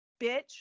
Bitch